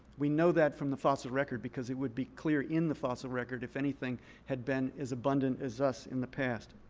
we know that from the fossil record because it would be clear in the fossil record if anything had been as abundant as us in the past.